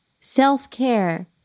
self-care